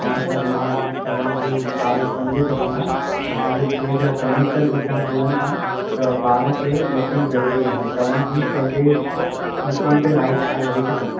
हा सर मां तव्हां जी ॻाल्हि समुझी सघूं था असां जे स्कूल जा सेमिस्टर एग्ज़ाम हलनि था त ॿार खे मोकिलणु ज़रूरी आहे तव्हां बि पंहिंजे मुक़मि ते राइट आहियो हिकुदमि